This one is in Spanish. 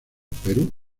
perú